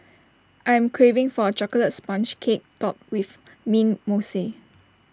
I am craving for A Chocolate Sponge Cake Topped with Mint Mousse